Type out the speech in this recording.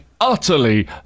utterly